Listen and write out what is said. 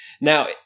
Now